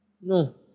No